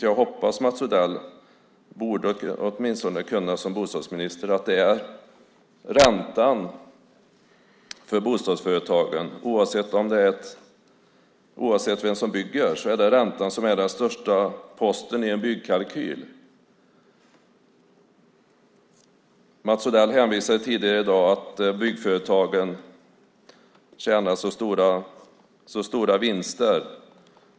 Jag hoppas att Mats Odell som bostadsminister vet att oavsett vem som bygger är det räntan som är den största posten i en byggkalkyl. Mats Odell hänvisade tidigare i dag till att byggföretagen gör så stora vinster.